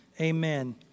amen